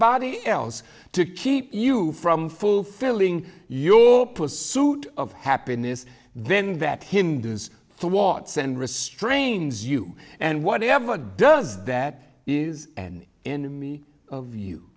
body else to keep you from fulfilling your pursuit of happiness then that hinders towards and restrains you and what ever does that is an enemy of you